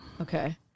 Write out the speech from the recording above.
Okay